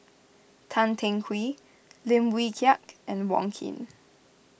Tan Teng Kee Lim Wee Kiak and Wong Keen